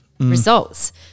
Results